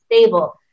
stable